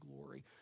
glory